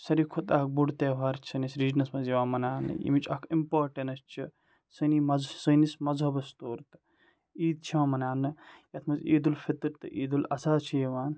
ساروی کھۄتہٕ اکھ بوٚڑ تیٚہوار سٲنِس رِجنَس منٛز یِوان مَناونہٕ ییٚمِچ اَکھ اِمپاٹَنٕس چھِ سٲنی سٲنِس مذہَبَس طور تہٕ عیٖد چھِ یِوان مَناونہٕ یَتھ منٛز عیٖدالفطر تہٕ عیدالاضحیٰ چھِ یِوان